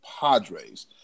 Padres